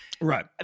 Right